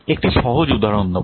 একটি সহজ উদাহরণ নেব